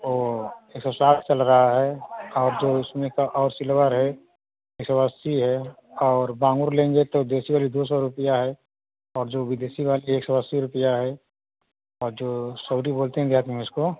ओ एक सौ साठ चल रहा है और जो उसमें का और सिल्वर है एक सौ अस्सी है और बाँगुर लेंगे तो देसी वाली दो सौ रुपिया है और जो विदेशी वाली एक सौ अस्सी रुपिया है और जो सउरी बोलते हैं देहात में इसको